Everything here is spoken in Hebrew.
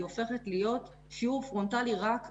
היא הופכת להיות שיעור פרונטלי רק בזום.